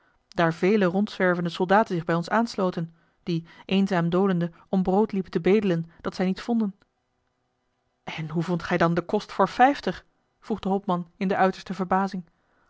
daar vele rondzwervende soldaten zich bij ons aansloten die eenzaam dolende om brood liepen te bedelen dat zij niet vonden en hoe vondt gij dan den kost voor vijftig vroeg de hopman in de uiterste verbazing